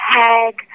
Hag